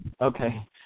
Okay